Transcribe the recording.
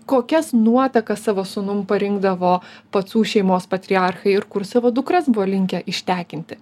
kokias nuotakas savo sūnum parinkdavo pacų šeimos patriarchai ir kur savo dukras buvo linkę ištekinti